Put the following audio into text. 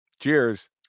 Cheers